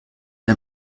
ein